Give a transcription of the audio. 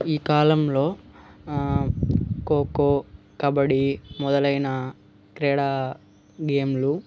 ఈ కాలంలో కోకో కబడ్డీ మొదలైన క్రీడా గేమ్లు